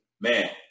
Man